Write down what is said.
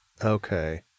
Okay